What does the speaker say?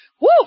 Woo